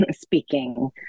speaking